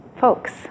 folks